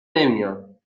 نمیام